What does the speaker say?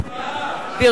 להצבעה.